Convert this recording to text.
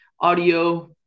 audio